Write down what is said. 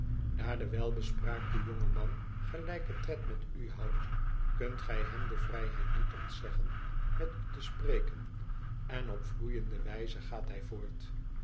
daar de welbespraakte jonge man gelijken tred met u houdt kunt gy hem de vrijheid niet ontzeggen met u te spreken en op vloeiende wijze gaat hy voort